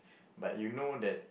but you know that